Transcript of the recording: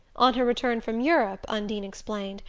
on her return from europe, undine explained,